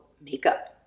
makeup